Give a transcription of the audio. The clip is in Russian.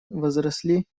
возросли